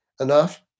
enough